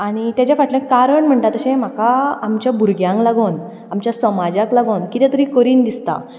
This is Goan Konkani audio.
आनी ताचे फाटलें कारण म्हणटा तशें म्हाका आमच्या भुरग्यांक लागून आमच्या समाजाक लागून कितें तरी करीन दिसता